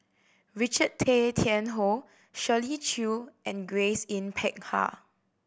Richard Tay Tian Hoe Shirley Chew and Grace Yin Peck Ha